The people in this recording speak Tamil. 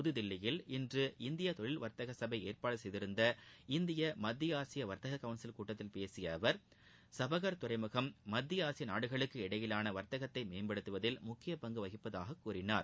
புதுதில்லியில் இன்று இந்திய தொழில் வர்த்தக சபை ஏற்பாடு செய்திருந்த இந்திய மத்திய ஆசிய வர்த்தக கவுன்சில் கூட்டத்தில் பேசிய அவர் சுபஹார் துறைமுகம் மத்திய ஆசிய நாடுகளுக்கிடையிலான வர்த்தகத்தை மேம்படுத்துவதில் முக்கிய பங்கு வகிப்பதாகவும் கூறினார்